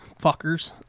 fuckers